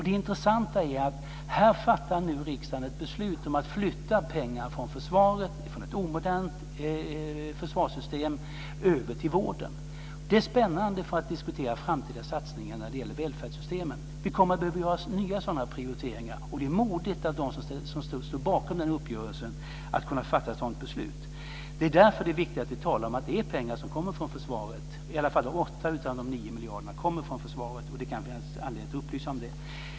Det intressanta är att riksdagen fattar ett beslut om att flytta pengar från ett omodernt försvarssystem över till vården. Det är spännande i diskussionen om framtida satsningar när det gäller välfärdssystemen. Det kommer att behöva göras nya sådana prioriteringar, och det är modigt av dem som står bakom den uppgörelsen att fatta ett sådant beslut. Det är därför det är viktigt att vi talar om att det är pengar som kommer från försvaret. I alla fall 8 av de 9 miljarderna kommer från försvaret. Det kan finnas anledning att upplysa om det.